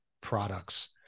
products